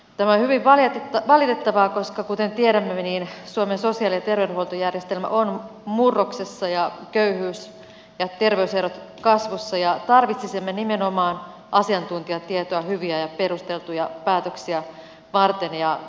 tämä on hyvin valitettavaa koska kuten tiedämme suomen sosiaali ja terveydenhuoltojärjestelmä on murroksessa ja köyhyys ja terveyserot ovat kasvussa ja tarvitsisimme nimenomaan asiantuntijatietoa hyviä ja perusteltuja päätöksiä varten